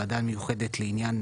ועדה מיוחדת לעניין